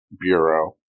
bureau